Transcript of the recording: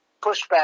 pushback